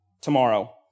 tomorrow